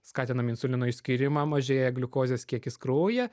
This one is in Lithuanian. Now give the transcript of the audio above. skatinam insulino išskyrimą mažėja gliukozės kiekis kraujyje